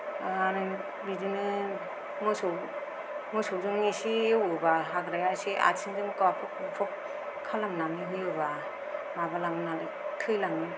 आरो बिदिनो मोसौ मोसौजों एसे एवोब्ला हाग्राया एसे आथिंजों गाख्रब गुख्रब खालामनानै होयोब्ला माबालाङो नालाय थैलाङो